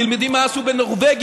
תלמדי מה עשו בנורבגיה,